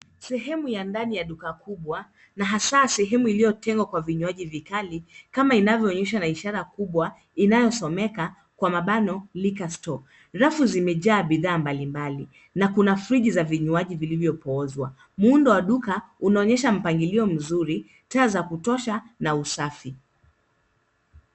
Sehemu ya ndani ya duka kubwa na hasa sehemu iliyotengwa kwa vinywaji vikali kama inavyoonyeshwa na ishara kubwa inayosomeka liquor store . Rafu zimejaa bidhaa mbalimbali na kuna friji za vinywaji vilivyopoozwa. Muundo wa duka unaonyesha mpangilio mzuri, taa za kutosha na usafi.